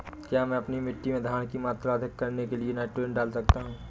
क्या मैं अपनी मिट्टी में धारण की मात्रा अधिक करने के लिए नाइट्रोजन डाल सकता हूँ?